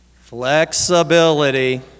flexibility